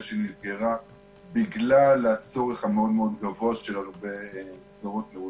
שהיא נסגרה בגלל הצורך הגבוה שלנו במסגרות נעולות.